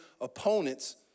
opponents